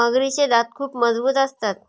मगरीचे दात खूप मजबूत असतात